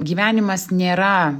gyvenimas nėra